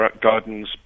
gardens